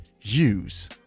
use